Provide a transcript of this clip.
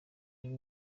biba